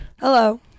Hello